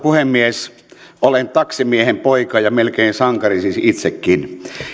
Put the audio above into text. puhemies olen taksimiehen poika ja melkein sankari siis itsekin